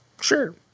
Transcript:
Sure